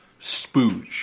Spooge